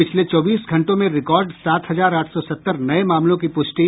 पिछले चौबीस घंटों में रिकॉर्ड सात हजार आठ सौ सत्तर नये मामलों की पुष्टि